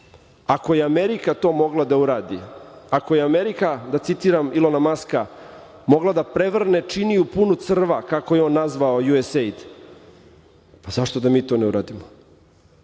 je Amerika to mogla da uradi, ako je Amerika, citiram Ilona Maska, mogla da prevrne činiju punu crva, kako je on nazvao USAID, pa zašto da mi to ne uradimo?